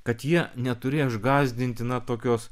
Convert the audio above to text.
kad jie neturėjo išgąsdinti na tokios